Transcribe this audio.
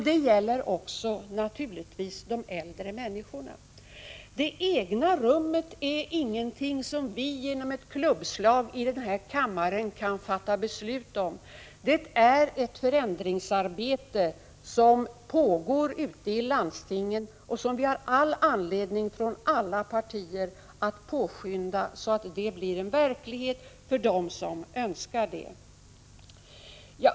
Det gäller naturligtvis också de äldre människorna. Att alla inom långvården skall ha ett eget rum är ingenting som vi genom ett-klubbslag i den här kammaren kan fatta beslut om. Men det pågår ett förändringsarbete ute i landstingen, som vi från samtliga partier har all anledning att påverka, så att det egna rummet blir en verklighet för dem som önskar det.